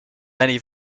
many